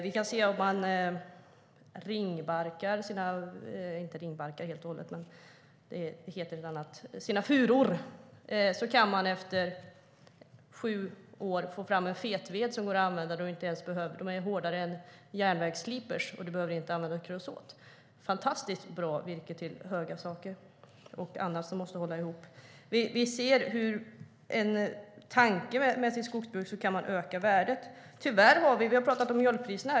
Om man ringbarkar - inte helt och hållet, det heter något annat - sina furor kan man efter sju år få fram en fetved som går att använda. Det är hårdare än järnvägsliprar, och du behöver inte använda kreosot. Det är fantastiskt bra virke till höga saker och annat som måste hålla ihop. Tanken med skogsbruk är att öka värdet. Vi har tidigare här i dag talat om mjölkpriserna.